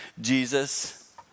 Jesus